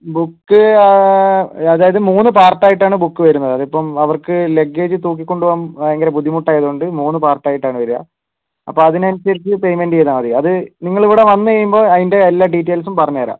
book അതായത് മൂന്ന് part ആയിട്ടാണ് ബുക്ക് വരുന്നത് ഇപ്പം അവർക്ക് ലഗേജ് തൂക്കികൊണ്ട് പോകാൻ ഭയങ്കര ബുദ്ധിമുട്ട് ആയതുകൊണ്ട് മൂന്ന് പാർട്ട് ആയിട്ടാണ് വരിക അപ്പോൾ അതിന് അനുസരിച്ച് പേയ്മെന്റ് ചെയ്താൽ മതി അത് നിങ്ങൾ ഇവിടെ വന്ന് കഴിയുമ്പോൾ അതിൻ്റെ എല്ലാ ഡീറ്റെയിൽസും പറഞ്ഞു തരാം